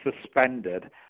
suspended